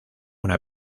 una